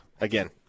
again